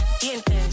dientes